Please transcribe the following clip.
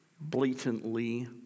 blatantly